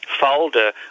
folder